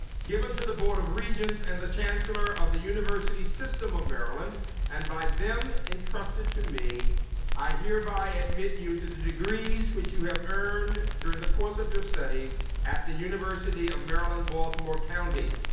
given to the board of regents and the chancellor of the university system of maryland and by them, entrusted to me i hereby admit you to the degrees which you have earned during the course of your studies at the university of maryland baltimore county.